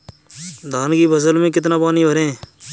धान की फसल में कितना पानी भरें?